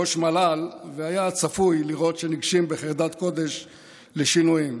ראש המל"ל, ופוי שניגשים בחרדת קודש לשינויים.